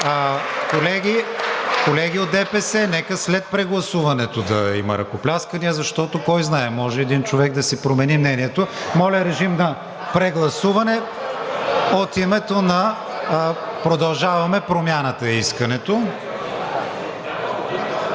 Колеги от ДПС, нека след прегласуването да има ръкопляскания, защото кой знае, може един човек да си промени мнението. Моля режим на прегласуване. От името на „Продължаваме Промяната“ е искането.